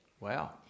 Wow